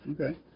okay